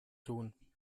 tun